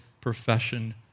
profession